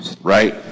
Right